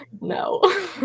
No